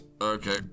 Okay